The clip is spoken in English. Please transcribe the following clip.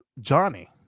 Johnny